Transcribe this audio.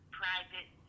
private